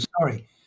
sorry